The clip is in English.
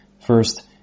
First